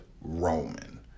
Roman